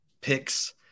picks